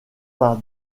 par